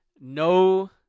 no